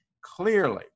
Clearly